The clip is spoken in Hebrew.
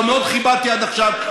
או מאוד כיבדתי עד עכשיו,